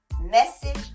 message